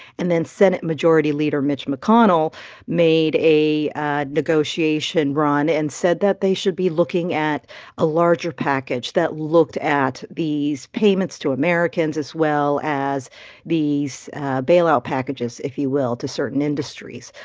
and then senate majority leader mitch mcconnell made a negotiation run and said that they should be looking at a larger package that looked at these payments to americans, as well as these bailout packages, if you will, to certain industries.